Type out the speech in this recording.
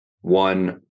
One